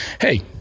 hey